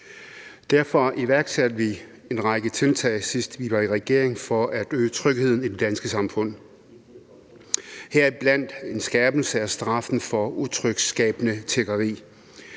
Derfor iværksatte vi en række tiltag, sidst vi var i regering, for at øge trygheden i det danske samfund, heriblandt en skærpelse af straffen for utryghedsskabende tiggeri.